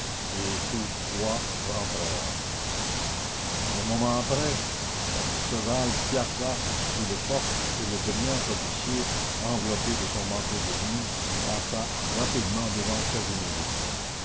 et tous trois rentrèrent un moment après un cheval piaffa sous le porche et le brillant officier enveloppé de son manteau de nuit passa rapidement devant quasimodo